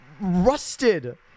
rusted